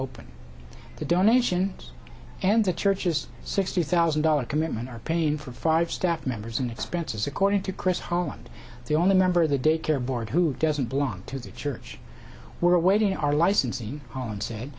open the donation and the church is sixty thousand dollars commitment are paying for five staff members and expenses according to chris holland the only member of the daycare board who doesn't belong to the church we're awaiting our licensing own s